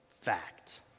fact